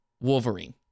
Wolverine